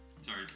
Sorry